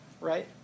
right